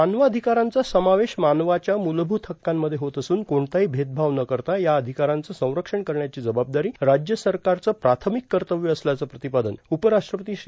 मानवाधिकारांचा समावेश मानवाच्या मुलभूत हक्कांमध्ये होत असून कोणताही भेदभाव न करता या अधिकारांचं संरक्षण करण्याची जबाबादारी राज्यसरकारचं प्राथमिक कर्तव्य असल्याचं प्रतिपादन उपराष्ट्रपती श्री